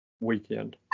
weekend